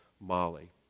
Molly